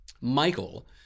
Michael